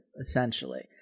essentially